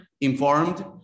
informed